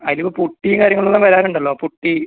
അതിലിപ്പോൾ പുട്ടിയും കാര്യങ്ങളും എല്ലാം വരാൻ ഉണ്ടല്ലോ പുട്ടി